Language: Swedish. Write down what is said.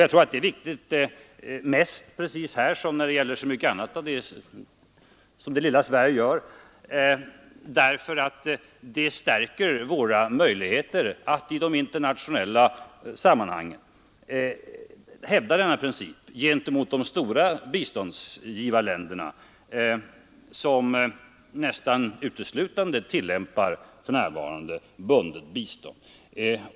Jag tror att det är viktigt, här precis som när det 38 gäller mycket annat av det som det lilla Sverige gör, att vi bibehåller möjligheter att i de internationella sammanhangen hävda principen om det obundna biståndet gentemot de stora biståndsgivarländerna, som för närvarande nästan uteslutande tillämpar bundet bistånd.